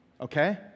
okay